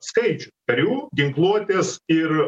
skaičių karių ginkluotės ir